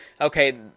Okay